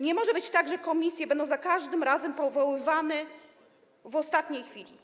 Nie może być tak, że komisje będą za każdym razem powoływane w ostatniej chwili.